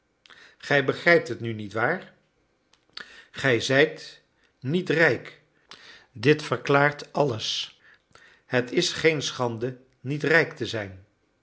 gij begrijpt het nu nietwaar zij zijn niet rijk dit verklaart alles het is geen schande niet rijk te zijn